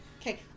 Okay